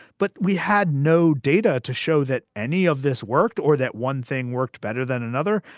but we had no data to show that any of this worked or that one thing worked better than another.